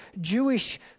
Jewish